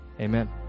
amen